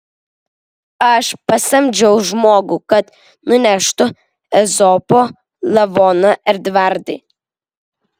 aš pasamdžiau žmogų kad nuneštų ezopo lavoną edvardai